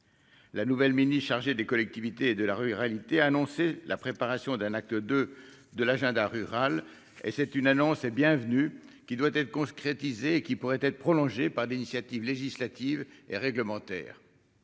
la nouvelle Mini, chargé des collectivités et de la ruralité, a annoncé la préparation d'un acte de de l'agenda rural et c'est une annonce et bienvenue qui doit être conscrits attiser qui pourrait être prolongé par l'initiative législative et réglementaire,